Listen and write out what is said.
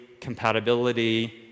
compatibility